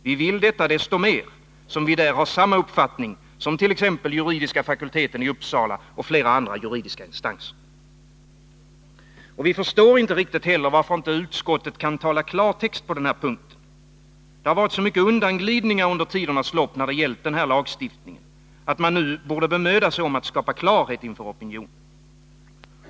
Vi vill detta desto mer som vi där har samma uppfattning som juridiska fakulteten i Uppsala och flera andra juridiska instanser. Vi förstår inte riktigt heller, varför inte utskottet kan tala klartext på den punkten. Det har varit så mycket undanglidningar under tidernas lopp när det har gällt denna lagstiftning, att man nu borde bemöda sig om att skapa klarhet inför opinionen.